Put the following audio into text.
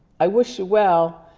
i wish you well,